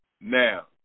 now